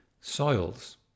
Soils